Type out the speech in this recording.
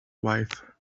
wife